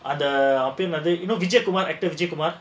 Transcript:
அந்த விஜயகுமார்:andha vijayakumar actor vijayakumar